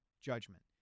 judgment